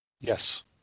yes